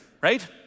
right